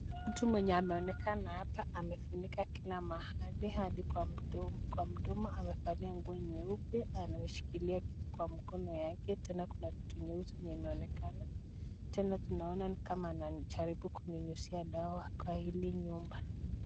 Mtu mwenye ameonekana hapa amefunika kila mahali hadi kwa mdomo. Amevalia nguo nyeupe, anashikilia kitu kwa mkono yake. Tena kuna kitu nyeusi yenye imeonekana. Tena tunaona ni kama anajaribu kunyunyuzia dawa kwa hili nyumba.